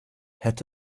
had